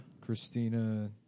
Christina